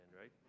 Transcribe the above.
right